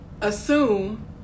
assume